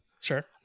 sure